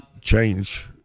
change